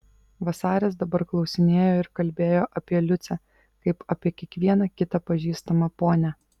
vasaris dabar klausinėjo ir kalbėjo apie liucę kaip apie kiekvieną kitą pažįstamą ponią